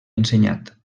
ensenyat